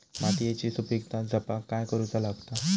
मातीयेची सुपीकता जपाक काय करूचा लागता?